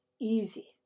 easy